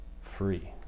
free